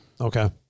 Okay